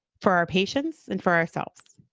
for our patients and for ourselves.